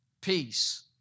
peace